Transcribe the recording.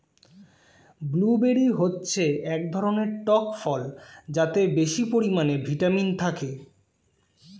blueberry হচ্ছে এক ধরনের টক ফল যাতে বেশি পরিমাণে ভিটামিন থাকে